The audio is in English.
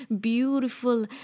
beautiful